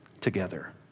together